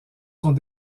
sont